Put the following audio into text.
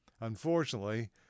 Unfortunately